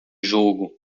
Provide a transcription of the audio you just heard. jogo